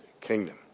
kingdom